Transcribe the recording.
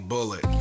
Bullet